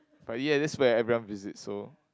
but ya that's where everyone visits so